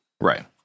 Right